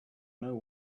know